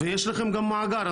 ויש לכם גם מאגר,